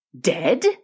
Dead